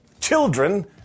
children